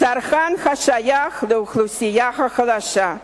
הצרכן השייך לאוכלוסייה החלשה.